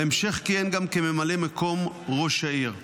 בהמשך כיהן גם כממלא מקום ראש העיר.